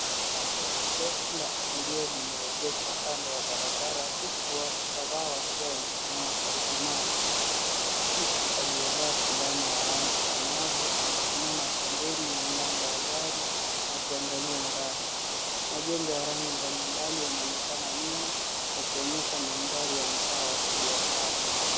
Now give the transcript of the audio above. Gari ndefu la abiria limeegeshwa kando ya barabara huku watu kadhaa wakiwa wamesimama karibu nalo. Mtu aliyevaa fulana ya rangi angavu amesimama pembeni ya mlango wa gari akiangalia ndani. Majengo ya rangi mbalimbali yanonekana nyuma yakionyesha mandhari ya mtaa wa kibiashara.